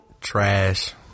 trash